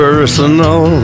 Personal